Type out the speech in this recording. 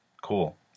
cool